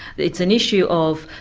it's an issue of,